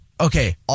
Okay